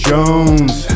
Jones